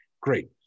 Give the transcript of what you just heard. great